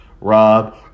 Rob